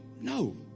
no